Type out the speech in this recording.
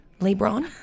LeBron